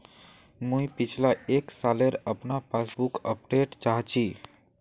मुई पिछला एक सालेर अपना पासबुक अपडेट चाहची?